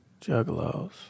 Juggalos